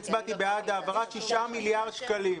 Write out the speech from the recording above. הצבעתי בעד העברת 6 מיליארד שקלים.